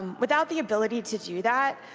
without the ability to do that,